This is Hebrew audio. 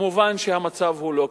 מובן שהמצב הוא לא כך.